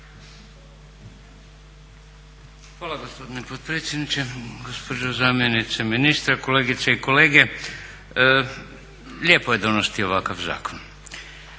Hvala gospodine potpredsjedniče, gospođo zamjenice ministra, kolegice i kolege. Lijepo je donositi ovakav zakon.